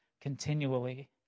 continually